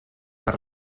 per